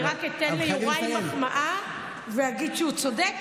אני רק אתן ליוראי מחמאה ואגיד שהוא צודק,